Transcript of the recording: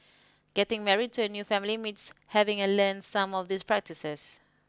getting married into a new family means having a learn some of these practices